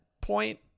point